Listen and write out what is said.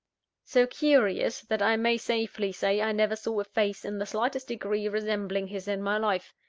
so curious, that i may safely say i never saw a face in the slightest degree resembling his in my life.